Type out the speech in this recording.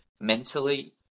mentally